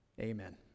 Amen